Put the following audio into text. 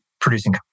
producing